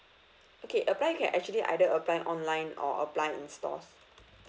okay apply can actually either apply online or apply in stores